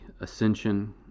ascension